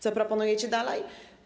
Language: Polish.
Co proponujecie dalej?